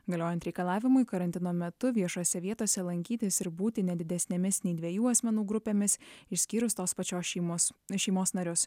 galiojant reikalavimui karantino metu viešose vietose lankytis ir būti ne didesnėmis nei dviejų asmenų grupėmis išskyrus tos pačios šeimos šeimos narius